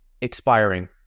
expiring